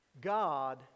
God